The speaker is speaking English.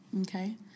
okay